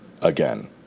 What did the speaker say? again